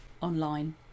online